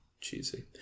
cheesy